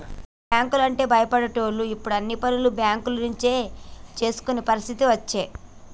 ఒకప్పుడు బ్యాంకు లంటే భయపడేటోళ్లు ఇప్పుడు అన్ని పనులు బేంకుల నుంచే చేసుకునే పరిస్థితి అచ్చే